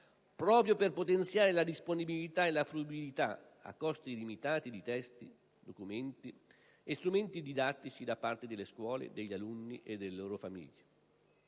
proprio per potenziare la disponibilità e la fruibilità, a costi limitati di testi, documenti e strumenti didattici da parte delle scuole, degli alunni e delle loro famiglie.